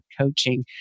coaching